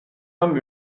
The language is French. homme